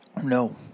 No